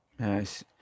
yes